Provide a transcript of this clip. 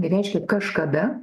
tai reiškia kažkada